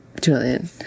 Julian